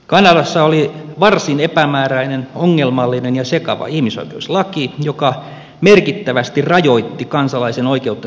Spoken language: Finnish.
kanadassa oli varsin epämääräinen ongelmallinen ja sekava ihmisoikeuslaki joka merkittävästi rajoitti kansalaisen oikeutta sananvapauteen